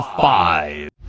five